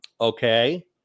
okay